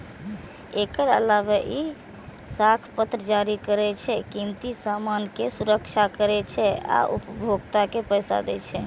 एकर अलावे ई साख पत्र जारी करै छै, कीमती सामान के सुरक्षा करै छै आ उपभोक्ता के पैसा दै छै